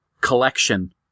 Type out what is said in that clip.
collection